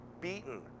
beaten